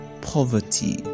Poverty